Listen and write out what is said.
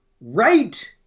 right